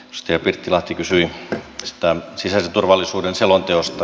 edustaja pirttilahti kysyi sisäisen turvallisuuden selonteosta